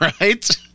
right